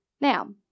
Now